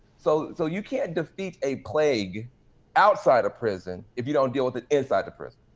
so so, you can't defeat a plague outside of prison if you don't deal with it inside the prison.